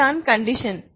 அதுதான் கண்டிஷன்